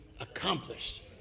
accomplished